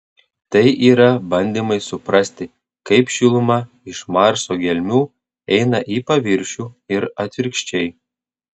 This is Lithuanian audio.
tai yra bandymai suprasti kaip šiluma iš marso gelmių eina į paviršių ir atvirkščiai